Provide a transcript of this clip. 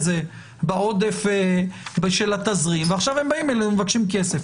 זה בעודף של התזרים ועכשיו הם באים אלינו ומבקשים כסף.